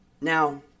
Now